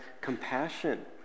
compassion